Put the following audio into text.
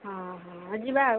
ହଁ ହଁ ଯିବା ଆଉ